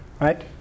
right